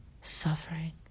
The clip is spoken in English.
suffering